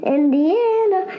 Indiana